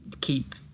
keep